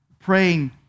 praying